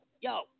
yo